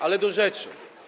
Ale do rzeczy.